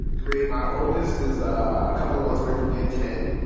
three my oldest is a couple of months away from being ten.